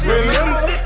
Remember